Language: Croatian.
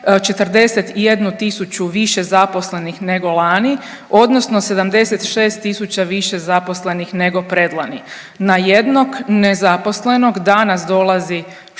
tisuću više zaposlenih nego lani odnosno 76 tisuća više zaposlenih nego predlani. Na jednog nezaposlenog danas dolazi 16